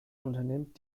unternimmt